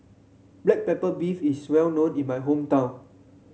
Black Pepper Beef is well known in my hometown